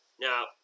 Now